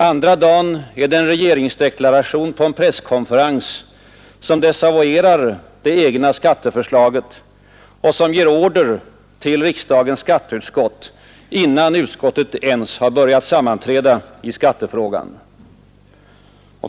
Andra dagen är det en regeringsdeklaration på en presskonferens, som desavouerar det egna skatteförslaget och som ger order till riksdagens skatteutskott, innan utskottet ens har börjat sammanträda i skattefrågan.